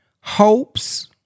hopes